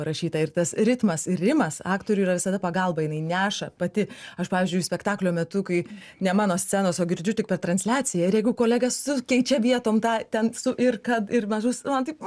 rašyta ir tas ritmas ir rimas aktoriui yra visada pagalba jinai neša pati aš pavyzdžiui spektaklio metu kai ne mano scenos o girdžiu tik per transliaciją ir jeigu kolega sukeičia vietomis tą ten su ir kad ir mažus man taip